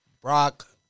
Brock